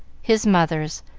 his mother's,